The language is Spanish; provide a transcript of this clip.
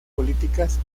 políticas